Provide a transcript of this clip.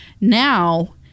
now